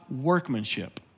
workmanship